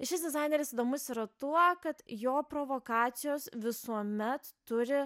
šis dizaineris įdomus yra tuo kad jo provokacijos visuomet turi